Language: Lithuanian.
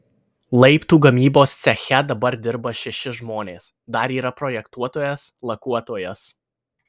laiptų gamybos ceche dabar dirba šeši žmonės dar yra projektuotojas lakuotojas